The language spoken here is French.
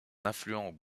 affluent